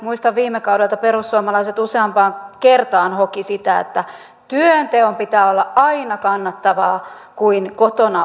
muistan viime kaudelta että perussuomalaiset useampaan kertaan hokivat sitä että työnteon pitää olla aina kannattavampaa kuin kotona oleminen